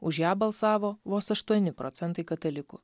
už ją balsavo vos aštuoni procentai katalikų